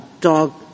dog